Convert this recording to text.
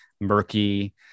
murky